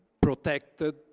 protected